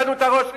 איבדנו את הראש?